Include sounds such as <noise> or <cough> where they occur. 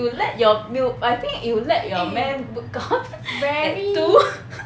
you will let your mea~ I think you let your man book out <laughs> at two